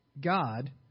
God